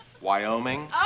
Wyoming